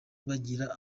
bagira